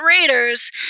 raiders